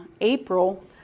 April